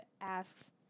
asks